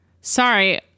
Sorry